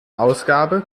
ausgabe